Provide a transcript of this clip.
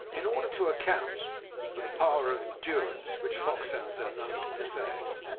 in order to account for the power of endurance which foxhounds are known to possess,